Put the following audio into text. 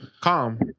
Calm